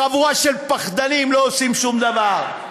חבורה של פחדנים שלא עושים שום דבר.